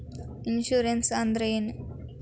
Insurance ಅಂದ್ರ ಏನು?